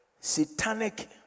satanic